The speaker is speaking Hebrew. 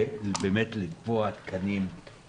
ובאמת לקבוע תקנים,